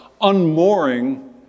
unmooring